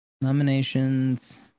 Nominations